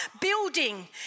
building